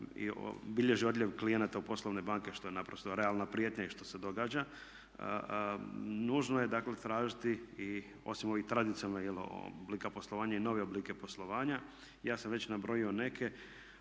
i bilježi odljev klijenata u poslovne banke što je naprosto realna prijetnja i što se događa. Nužno je dakle tražiti i osim ovih tradicionalnih oblika poslovanja i nove oblike poslovanja. Ja sam već nabrojio neke